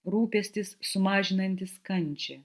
rūpestis sumažinantis kančią